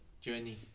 journey